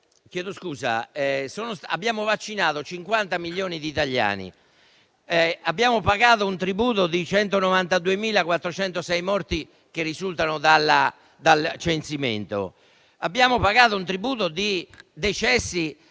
Abbiamo vaccinato 50 milioni di italiani e abbiamo pagato un tributo di 192.406 morti, che risultano dal censimento. Abbiamo pagato un tributo di decessi